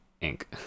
ink